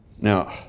Now